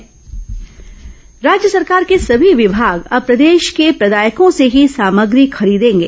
cabinet निर्णय राज्य सरकार के सभी विभाग अब प्रदेश के प्रदायकों से ही सामग्री खरीदेंगे